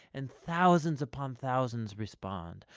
and thousands upon thousands respond,